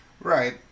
Right